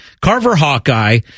Carver-Hawkeye